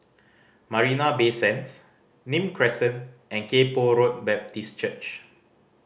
Marina Bay Sands Nim Crescent and Kay Poh Road Baptist Church